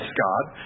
Scott